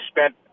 spent